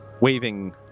waving